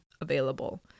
available